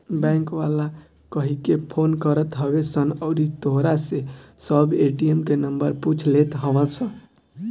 bank वाला कहिके phone करत हवे सन अउरी तोहरा से सब ए.टी.एम के नंबर पूछ लेत हवन सन